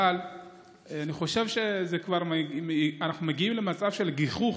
אבל אני חושב שאנחנו כבר מגיעים למצב של גיחוך,